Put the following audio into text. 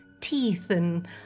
teeth—and